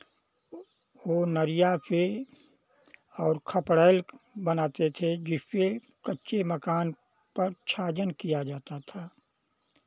वो नरिया से और खपड़ैल बनाते थे जिससे कच्चे मकान पर छाजन किया जाता था